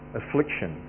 affliction